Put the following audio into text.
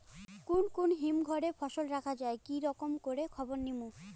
কুন কুন হিমঘর এ ফসল রাখা যায় কি রকম করে খবর নিমু?